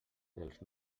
dels